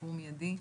שיפור מיידי.